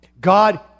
God